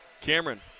Cameron